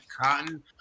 cotton